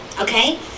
okay